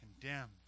condemned